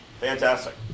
fantastic